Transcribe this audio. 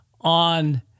on